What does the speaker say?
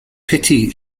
pity